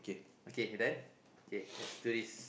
okay then okay let's do this